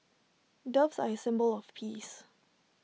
doves are A symbol of peace